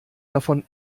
davon